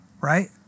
right